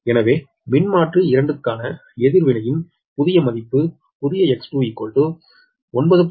எனவே மின்மாற்றி 2 க்கான எதிர்வினையின் புதிய மதிப்பு புதிய X2 9